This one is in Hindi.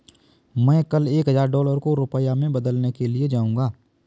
मैं कल एक हजार डॉलर को रुपया में बदलने के लिए जाऊंगा